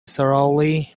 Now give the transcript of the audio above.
thoroughly